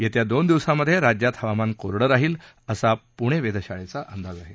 येत्या दोन दिवसात राज्यात हवामान कोरडं राहील असा पुणे वेधशाळेचा अंदाज आहे